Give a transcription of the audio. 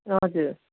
हजुर